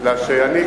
אלא שאני,